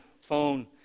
phone